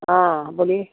हाँ बोलिए